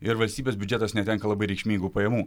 ir valstybės biudžetas netenka labai reikšmingų pajamų